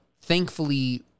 thankfully